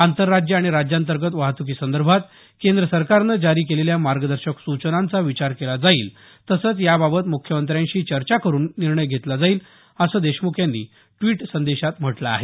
आंतरराज्य आणि राज्यांतर्गत वाहतुकीसंदर्भात केंद्र सरकारनं जारी केलेल्या मार्गदर्शक सूचनांचा विचार केला जाईल तसंच याबाबत मुख्यमंत्र्यांशी चर्चा करुन निर्णय घेतला जाईल असं देशमुख यांनी ड्विट संदेशात म्हटलं आहे